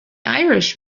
irish